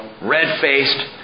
red-faced